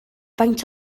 faint